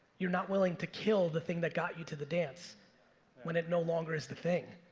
you're not willing to kill the thing that got you to the dance when it no longer is the thing.